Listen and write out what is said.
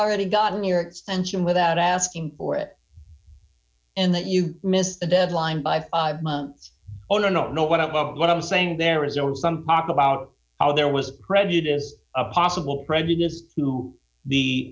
already gotten your extension without asking for it and that you missed the deadline by five months or not know what i'm up what i'm saying there is also some talk about how there was prejudiced a possible prejudice to